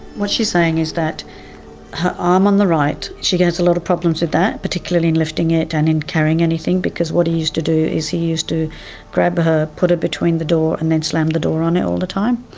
what she's saying is that her arm on the right, she has a lot of problems with that particularly in lifting it and in carrying anything, because what he used to do is he used to grab her, put it between the door and then slam the door on it all the time,